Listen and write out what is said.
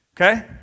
Okay